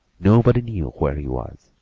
nobody knew where he was,